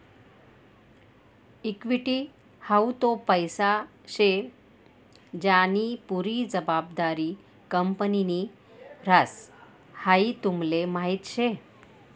equity हाऊ तो पैसा शे ज्यानी पुरी जबाबदारी कंपनीनि ह्रास, हाई तुमले माहीत शे